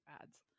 ads